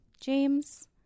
James